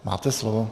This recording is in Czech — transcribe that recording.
Máte slovo.